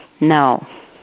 No